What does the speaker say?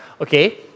okay